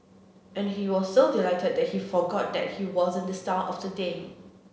and he was so delighted that he forgot that he wasn't the star of the day